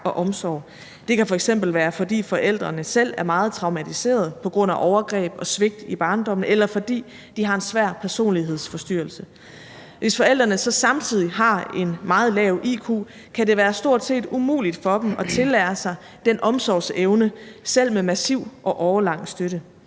Det kan f.eks. være, fordi forældrene selv er meget traumatiserede på grund af overgreb og svigt i barndommen, eller fordi de har en svær personlighedsforstyrrelse. Hvis forældrene så samtidig har en meget lav iq, kan det være stort set umuligt for dem at tillære sig den omsorgsevne selv med massiv og årelang støtte.